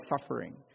suffering